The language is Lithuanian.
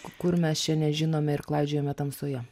kur mes čia nežinome ir klaidžiojame tamsoje